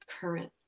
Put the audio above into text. current